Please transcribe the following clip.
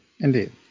indeed